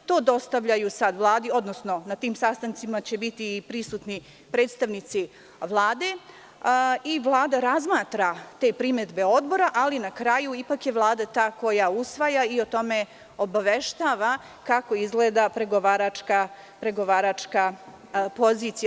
To dostavljaju sad Vladi, odnosno na tim sastancima će biti prisutni predstavnici Vlade i Vlada razmatra te primedbe Odbora, ali na kraju ipak je Vlada ta koja usvaja i o tome obaveštava kako izgleda pregovaračka pozicija.